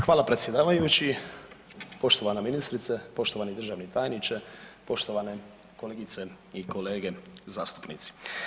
Hvala predsjedavajući, poštovana ministrice, poštovani državni tajniče, poštovane kolegice i kolege zastupnici.